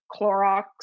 Clorox